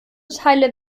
teile